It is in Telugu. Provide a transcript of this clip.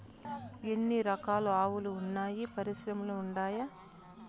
ఎన్ని రకాలు ఆవులు వున్నాయి పరిశ్రమలు ఉండాయా?